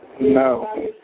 No